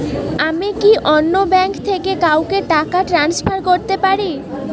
আমি কি অন্য ব্যাঙ্ক থেকে কাউকে টাকা ট্রান্সফার করতে পারি?